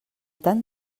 tan